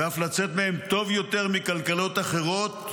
ואף לצאת מהם טוב יותר מכלכלות אחרות,